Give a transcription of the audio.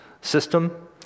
system